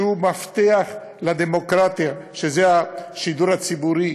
שהוא מפתח לדמוקרטיה, וזה השידור הציבורי,